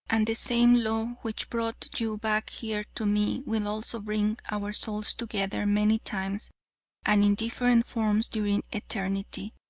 and the same law which brought you back here to me will also bring our souls together many times and in different forms during eternity.